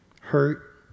hurt